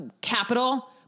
capital